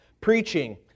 preaching